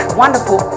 wonderful